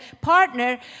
partner